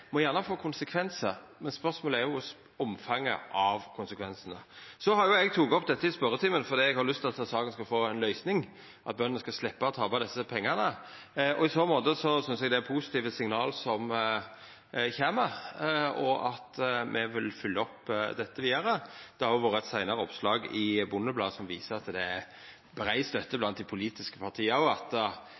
må gjerne få konsekvensar, men spørsmålet er jo kva omfanget av konsekvensane skal vera. Eg tok opp dette i spørjetimen fordi eg har lyst til at saka skal få ei løysing, og at bøndene skal sleppa å tapa desse pengane. I så måte synest eg det er positive signal som kjem, og me vil følgja opp dette vidare. Det har òg vore eit seinare oppslag i Bondebladet som viser at det er brei støtte blant dei politiske partia til synet om at